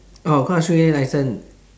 oh class three A licence